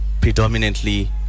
predominantly